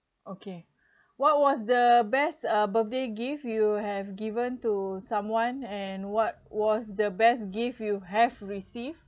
okay what was the best uh birthday gift you have given to someone and what was the best gift you have received